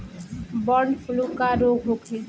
Bird flu का रोग होखे?